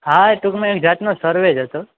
હા ટૂંકમાં એક જાતનો સર્વે જ હતો